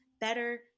better